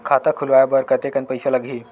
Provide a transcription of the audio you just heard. खाता खुलवाय बर कतेकन पईसा लगही?